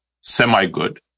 semi-good